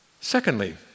Secondly